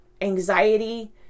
Anxiety